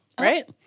Right